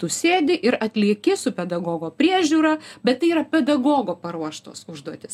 tu sėdi ir atlieki su pedagogo priežiūra bet tai yra pedagogo paruoštos užduotys